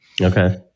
Okay